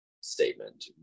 statement